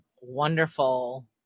wonderful